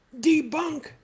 debunk